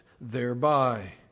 thereby